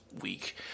week